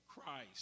Christ